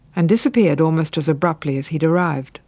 and disappeared almost as abruptly as he'd arrived